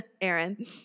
Aaron